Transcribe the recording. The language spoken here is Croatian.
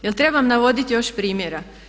Jel trebam navoditi još primjera?